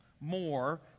more